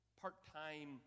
part-time